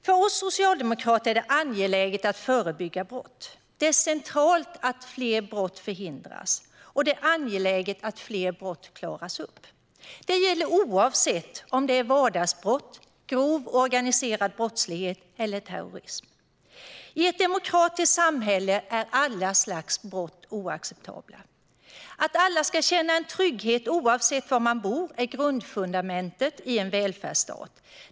För oss socialdemokrater är det angeläget att förebygga brott. Det är centralt att fler brott förhindras, och det är angeläget att fler brott klaras upp. Detta gäller oavsett om det rör sig om vardagsbrott, grov organiserad brottslighet eller terrorism. I ett demokratiskt samhälle är alla slags brott oacceptabla. Att alla ska känna en trygghet oavsett var man bor är grundfundamentet i en välfärdsstat.